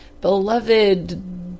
beloved